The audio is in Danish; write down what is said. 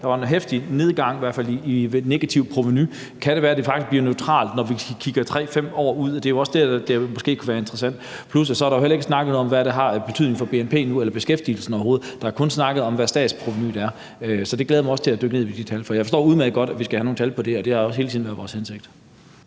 hvert fald en heftig nedgang i negativt provenu, men kan det være, at det faktisk bliver neutralt, når vi kigger 3-5 år ud i fremtiden? Det er jo også det, der måske kunne være interessant. Der er heller ikke overhovedet blevet snakket noget om, hvad det har af betydning for bnp nu eller for beskæftigelsen. Der er kun blevet snakket om, hvad provenuet er. Så jeg glæder mig også til at dykke ned i de tal, og jeg forstår udmærket godt, at vi skal have nogle tal på det her, og det har også hele tiden været vores hensigt.